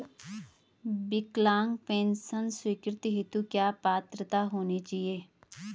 विकलांग पेंशन स्वीकृति हेतु क्या पात्रता होनी चाहिये?